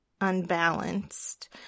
unbalanced